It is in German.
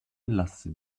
las